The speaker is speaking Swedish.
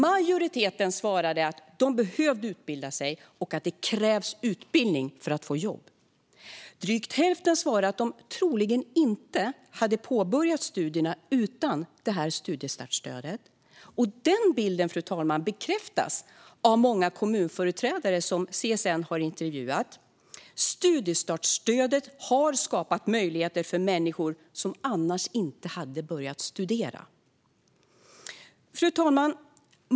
Majoriteten svarade att de behövde utbilda sig och att det krävs en utbildning för att få jobb. Drygt hälften svarade att de troligen inte skulle ha påbörjat studierna utan studiestartsstödet. Den bilden, fru talman, bekräftas av många kommunföreträdare som CSN har intervjuat: Studiestartsstödet har skapat möjligheter för människor som annars inte hade börjat studera. Fru talman!